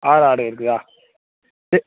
ஆறு ஆடு இருக்குதா